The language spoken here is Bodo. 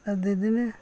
बिदिनो